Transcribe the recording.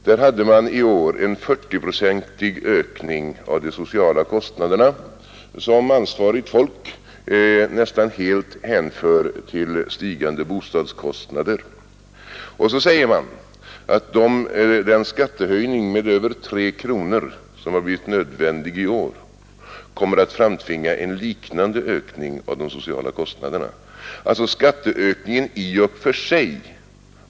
Där hade man i år en 40-procentig ökning av de sociala kostnaderna, som ansvarigt folk nästan helt hänför till stigande bostadskostnader. Och så säger man att den skattehöjning med över 3 kronor som blivit nödvändig i år kommer att framtvinga en liknande ökning av de sociala kostnaderna.